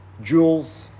jewels